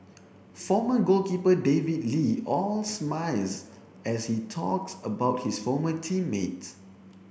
former goalkeeper David Lee all smiles as he talks about his former team mates